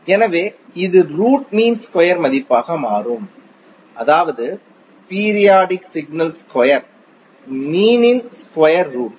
எனவே இது root mean square மதிப்பாக மாறும் அதாவது பீரியாடிக் சிக்னல் ஸ்கொயர் மீனின் ஸ்கொயர் ரூட்